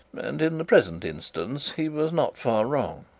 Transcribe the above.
and in the present instance he was not far wrong.